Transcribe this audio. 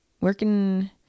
Working